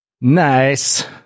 Nice